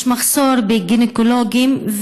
יש מחסור בגינקולוגים,